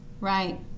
Right